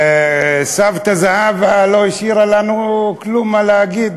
סבתא זהבה לא השאירה לנו כלום מה להגיד,